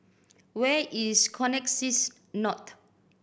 where is Connexis North